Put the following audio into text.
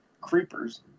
Creepers